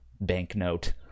banknote